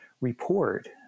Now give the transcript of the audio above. report